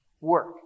work